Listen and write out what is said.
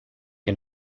que